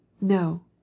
No